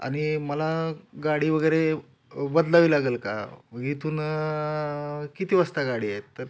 आणि मला गाडी वगैरे बदलावी लागेल का मग इथून किती वाजता गाडी आहेत तर